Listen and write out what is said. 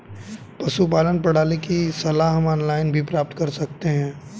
पशुपालन प्रणाली की सलाह हम ऑनलाइन भी प्राप्त कर सकते हैं